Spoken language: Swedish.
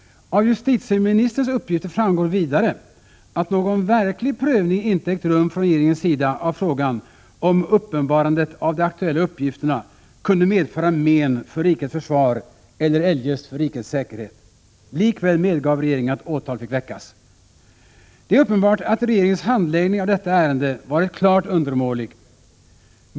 Av justitieministerns uppgifter framgår vidare att någon verklig prövning inte ägt rum från regeringens sida av frågan om uppenbarandet av de aktuella uppgifterna kunde medföra men för rikets försvar eller eljest för rikets säkerhet. Likväl medgav regeringen att åtal fick väckas. Det är uppenbart att regeringens handläggning av detta ärende varit klart undermålig.